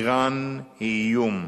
אירן היא איום.